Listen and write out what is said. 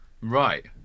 Right